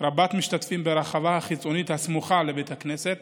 רבת-משתתפים ברחבה החיצונית הסמוכה לבית הכנסת